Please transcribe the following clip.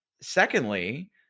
secondly